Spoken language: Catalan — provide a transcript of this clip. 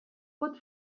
pot